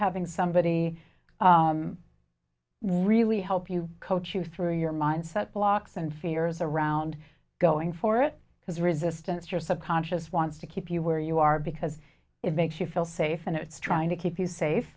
having somebody really help you coach you through your mindset blocks and fears around going for it because resistance your subconscious wants to keep you where you are because it makes you feel safe and it's trying to keep you safe